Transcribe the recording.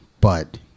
But-